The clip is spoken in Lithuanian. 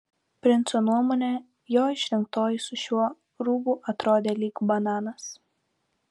princo nuomone jo išrinktoji su šiuo rūbu atrodė lyg bananas